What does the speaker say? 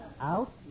Out